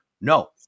No